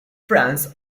friends